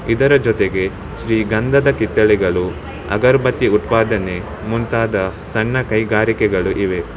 ಇದರ ಜೊತೆಗೆ ಶ್ರೀ ಗಂಧದ ಕಿತ್ತಳೆಗಳು ಅಗರಬತ್ತಿ ಉತ್ಪಾದನೆ ಮುಂತಾದ ಸಣ್ಣ ಕೈಗಾರಿಕೆಗಳು ಇವೆ